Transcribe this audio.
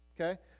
Okay